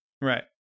Right